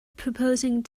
proposing